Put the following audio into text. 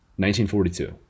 1942